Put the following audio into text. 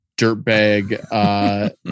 dirtbag